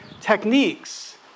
techniques